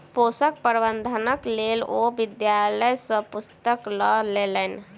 पोषक प्रबंधनक लेल ओ विद्यालय सॅ पुस्तक लय लेलैन